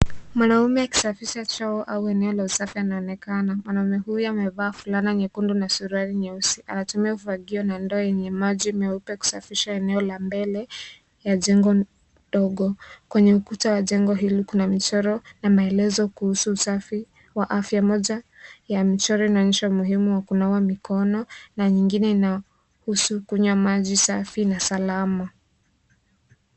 Mwanamume akisafisha choo au eneo la usafi anaonekana. Mwanamume huyu aevaa fulana nyekundu na suruali nyeusi. Anatumia ufagio na ndoo yenye maji meupe kusafisha eneo la mbele ya jengo ndogo. Kwenye ukuta wa jengo hili kuna michoro na maelezo kuhusu usafi, moja ya michoro inaonyeha umuhimu wa kunawa mikono na nyingine inahusu kunywa maji safi na salama.